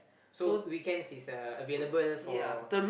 so weekends is uh available for